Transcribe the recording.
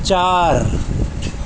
چار